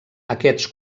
aquests